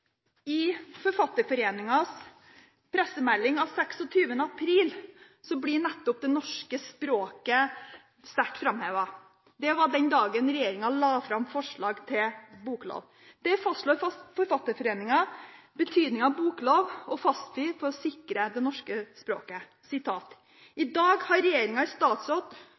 I forfatterforeningens pressemelding av 26. april blir nettopp det norske språket sterkt framhevet. Det var den dagen regjeringen la fram forslag til boklov. Der fastslår forfatterforeningen betydningen av boklov og fastpris for å sikre det norske språket. Jeg siterer: «I dag har Regjeringen i statsråd